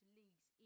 leagues